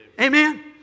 Amen